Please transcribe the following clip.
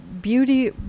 Beauty